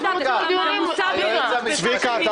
צביקה.